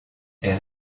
est